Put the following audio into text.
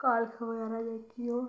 कालख बगैरा जेह्की ओह्